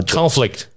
conflict